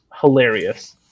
hilarious